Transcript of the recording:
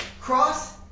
cross